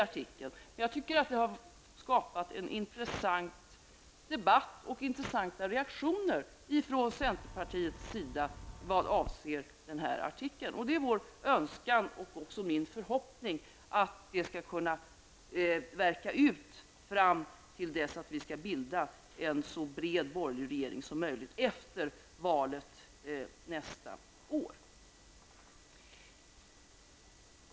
Denna artikel har skapat en intressant debatt och intressanta reaktioner från centerpartiets sida. Det är vår önskan och förhoppning att detta skall kunna verka ut till dess vi skall bilda en så bred borgerlig regering som möjligt efter valet nästa år.